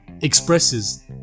Expresses